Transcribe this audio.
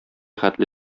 хәтле